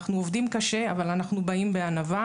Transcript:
אנחנו עובדים קשה אבל אנחנו באים בענווה